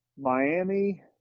Miami